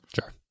Sure